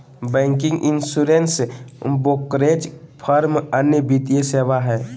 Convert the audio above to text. banking, insurance, brokerage firm अन्य वित्तीय सेवा हय